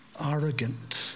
arrogant